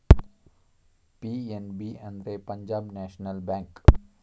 PNB ಅಂದ್ರೆ Punjab national bank